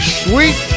sweet